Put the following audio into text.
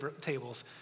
tables